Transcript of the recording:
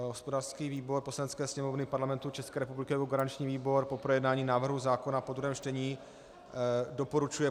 Hospodářský výbor Poslanecké sněmovny Parlamentu České republiky jako garanční výbor po projednání návrhu zákona po druhém čtení doporučuje